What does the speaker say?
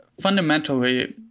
fundamentally